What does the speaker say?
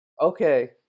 okay